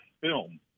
film